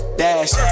dash